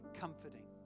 comforting